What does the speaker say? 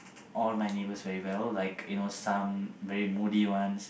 all my neighbours very well like you know some very moody ones